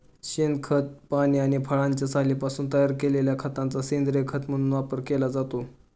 शेणखत, पाने आणि फळांच्या सालींपासून तयार केलेल्या खताचा सेंद्रीय खत म्हणून वापर केला जातो